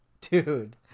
dude